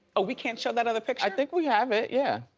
oh, we can't show that other picture? i think we have it, yeah.